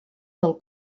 del